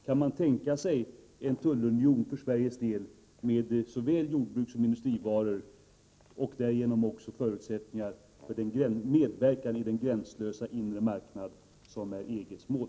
Kan man tänka sig en tullunion för Sveriges del i fråga om såväl jordbrukssom industrivaror — och därigenom också förutsättningar för medverkan i den gränslösa inre marknad som är EG:s mål?